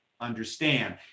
understand